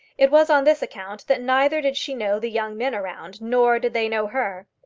it was on this account that neither did she know the young men around, nor did they know her.